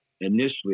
initially